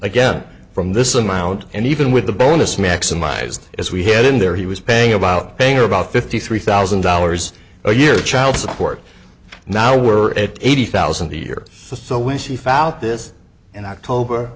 again from this amount and even with the bonus maximized as we head in there he was paying about paying about fifty three thousand dollars a year child support now were it eighty thousand a year so when she found out this and october